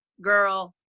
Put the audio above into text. girl